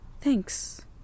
thanks